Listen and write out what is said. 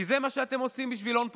כי זה מה שאתם עושים בשביל הון פוליטי.